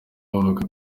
bavuga